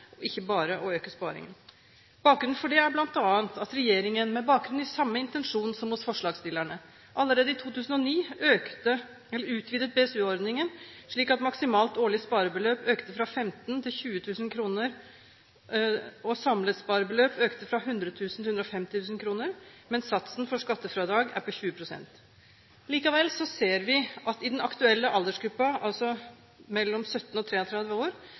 ikke bare å øke sparingen. Bakgrunnen for det er bl.a. at regjeringen, med bakgrunn i samme intensjon som hos forslagsstillerne, allerede i 2009 utvidet BSU-ordningen slik at maksimalt årlig sparebeløp økte fra 15 000 kr til 20 000 kr, samlet sparebeløp økte fra 100 000 kr til 150 000 kr, mens satsen for skattefradrag er på 20 pst. Likevel ser vi at i den aktuelle aldersgruppen, altså mellom 17 og 33 år,